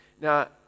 Now